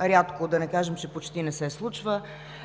рядко, да не кажем, че почти не се случва.